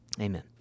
Amen